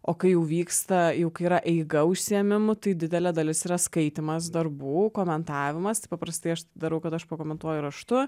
o kai jau vyksta jau kai yra eiga užsiėmimų tai didelė dalis yra skaitymas darbų komentavimas tai paprastai aš taip darau kad aš pakomentuoju raštu